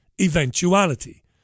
eventuality